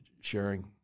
sharing